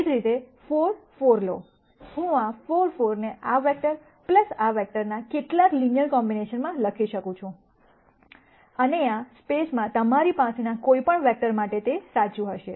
એ જ રીતે 4 4 લો હું આ 4 4 ને આ વેક્ટર આ વેક્ટરના કેટલાક લિનયર કોમ્બિનેશન માં લખી શકું છું અને આ સ્પેસમાં તમારી પાસેના કોઈપણ વેક્ટર માટે તે સાચું હશે